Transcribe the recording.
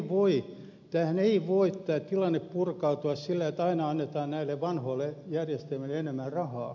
tämä tilannehan ei voi purkautua sillä että aina annetaan näille vanhoille järjestelmille enemmän rahaa